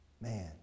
Man